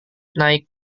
naik